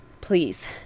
Please